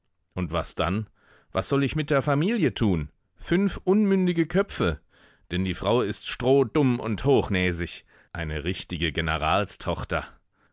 und was dann was soll ich mit der familie tun fünf unmündige köpfe denn die frau ist strohdumm und hochnäsig eine richtige